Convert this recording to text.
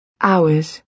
hours